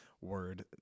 word